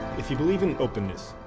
if you believe in openness,